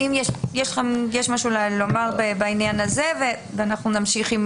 אם יש מה לומר בעניין הזה, בבקשה ואחר כך נמשיך.